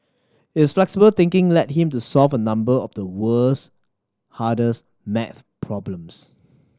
his flexible thinking led him to solve a number of the world's hardest maths problems